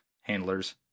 Handlers